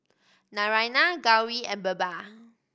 Naraina Gauri and Birbal